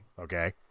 Okay